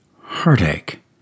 heartache